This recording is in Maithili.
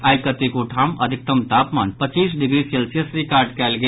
आइ कतेको ठाम अधिकतम तापमान पच्चीस डिग्री सेल्सियस रिकॉड कयल गेल